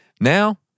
Now